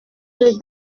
que